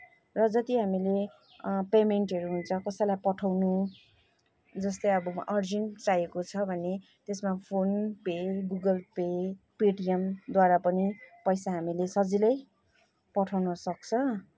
र जति हामीले पेमेन्टहरू हुन्छ कसैलाई पठाउनु जस्तै अब अर्जेन्ट चाहिएको छ भने त्यसमा फोन पे गुगल पे पेटिएमद्वारा पनि पैसा हामीले सजिलै पठाउन सक्छ